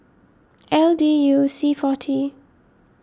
L D U C forty